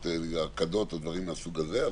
הרקדות או דברים מהסוג הזה.